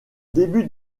début